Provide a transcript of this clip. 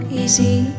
easy